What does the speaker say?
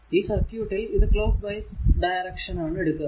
ഈ സർക്യൂട്ടിൽ ഇത് ക്ലോക്ക് വൈസ് ഡയറൿഷൻ ആണ് എടുക്കുക